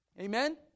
Amen